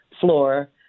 floor